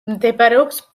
მდებარეობს